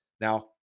Now